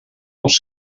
els